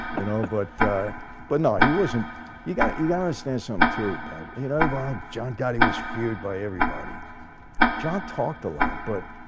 you know, but but no he wasn't you gotta you gotta understand something so um to you know bond john gotti was feared by everybody john talked a lot but